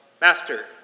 master